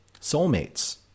soulmates